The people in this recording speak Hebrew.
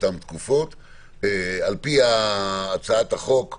על פי הצעת החוק,